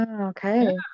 Okay